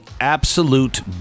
absolute